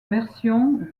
version